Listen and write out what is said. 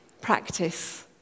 practice